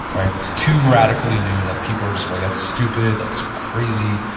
right? if it's too radically new like people like that's stupid, that's crazy.